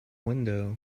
window